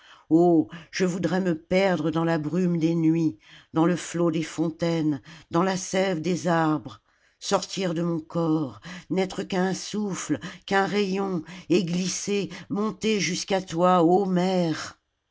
je voudrais me perdre dans la trume des nuits dans le flot des fontaines dans la sève des arbres sortir de mon corps n'être qu'un souffle qu'un rayon et glisser monter jusqu'à toi ô mère